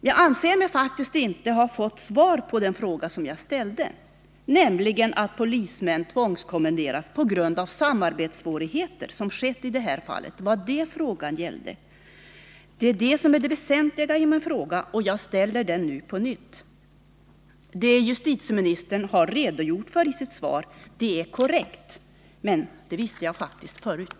Jag anser mig faktiskt inte ha fått svar på den fråga jag ställde, som nämligen handlar om att polismän tvångsförflyttas på grund av samarbetssvårigheter, som skett i det här fallet. Det är det som är det väsentliga i min fråga, och jag ställer den nu på nytt. Det justitieministern har redogjort för i sitt svar är korrekt, men det visste jag faktiskt förut.